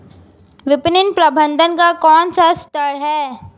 विपणन प्रबंधन का कौन सा स्तर है?